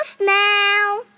now